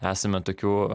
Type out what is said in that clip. esame tokių